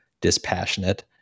dispassionate